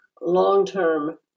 long-term